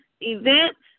events